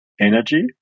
energy